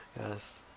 Yes